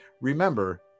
remember